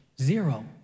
Zero